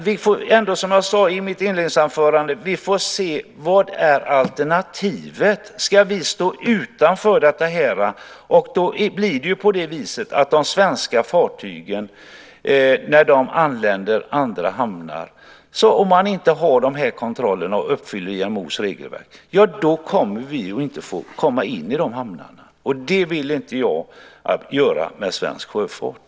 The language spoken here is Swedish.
Vi får ändå, som jag sade i mitt inledningsanförande, se på vad alternativet är. Ska vi stå utanför det här? Om man inte gör de här kontrollerna och uppfyller IMO:s regelverk blir det på det viset att de svenska fartygen när de anländer till andra hamnar inte kommer att få komma in i de hamnarna. Det vill inte jag göra mot svensk sjöfart.